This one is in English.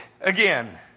again